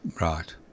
Right